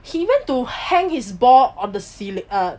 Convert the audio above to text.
he went to hang his ball on the ceiling